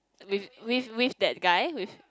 with with with that guy with